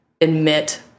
admit